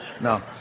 No